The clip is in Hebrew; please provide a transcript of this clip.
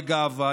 בגאווה,